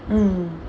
mm